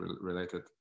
related